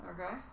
Okay